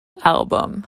album